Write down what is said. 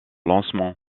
lancement